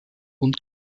und